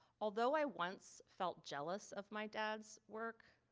although i once felt jealous of my dad's work,